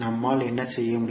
நம்மால் என்ன செய்ய முடியும்